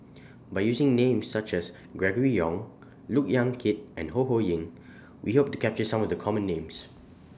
By using Names such as Gregory Yong Look Yan Kit and Ho Ho Ying We Hope to capture Some of The Common Names